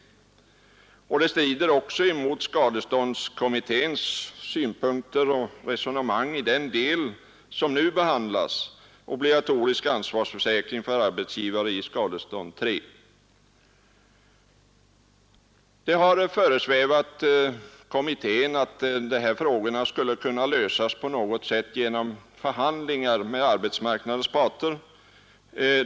Den antydda utvecklingen strider ju också mot skadeståndskommitténs synpunkter i Skadestånd III angående obligatorisk ansvarsförsäkring för arbetsgivare som nu behandlas. Det har föresvävat kommittén att de här frågorna skulle kunna lösas genom förhandlingar med arbetsmarknadens parter.